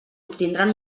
obtindran